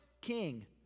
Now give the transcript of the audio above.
king